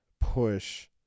push